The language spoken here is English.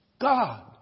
God